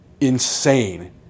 Insane